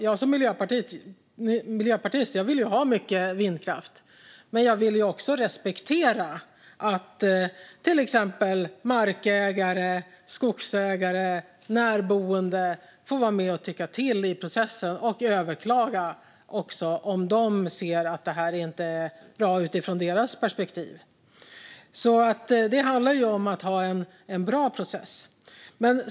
Jag som miljöpartist vill ha mycket vindkraft, men jag vill ju också respektera att till exempel markägare, skogsägare och närboende får vara med och tycka till i processen och även överklaga om de anser att det hela inte är bra utifrån deras perspektiv. Det handlar om att ha en bra process.